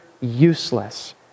useless